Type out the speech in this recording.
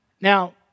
Now